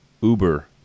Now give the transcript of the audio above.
Uber